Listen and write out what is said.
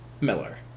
miller